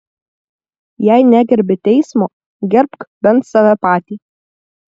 jei negerbi teismo gerbk bent save patį